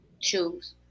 Choose